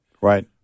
Right